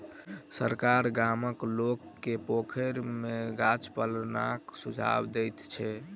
सरकार गामक लोक के पोखैर में माछ पालनक सुझाव दैत छै